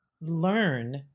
learn